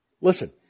Listen